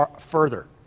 further